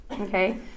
okay